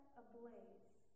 ablaze